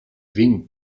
vignes